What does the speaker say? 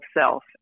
Self